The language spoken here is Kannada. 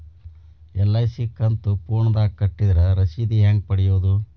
ಎಲ್.ಐ.ಸಿ ಕಂತು ಫೋನದಾಗ ಕಟ್ಟಿದ್ರ ರಶೇದಿ ಹೆಂಗ್ ಪಡೆಯೋದು?